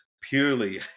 purely